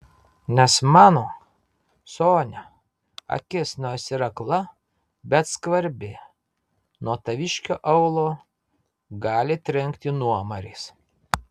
nes mano sonia akis nors ir akla bet skvarbi nuo taviškio aulo gali trenkti nuomaris